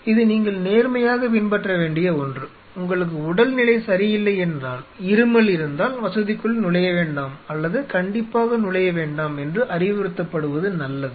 இது நீங்கள் நேர்மையாக பின்பற்ற வேண்டிய ஒன்று உங்களுக்கு உடல்நிலை சரியில்லை என்றால் இருமல் இருந்தால் வசதிக்குள் நுழைய வேண்டாம் அல்லது கண்டிப்பாக நுழைய வேண்டாம் என்று அறிவுறுத்தப்படுவது நல்லது